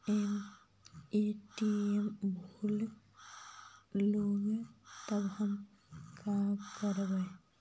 ATM भुला गेलय तब हम काकरवय?